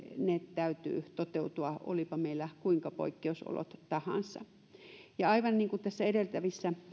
täytyy toteutua olipa meillä kuinka poikkeusolot tahansa aivan niin kuin tässä edeltävissä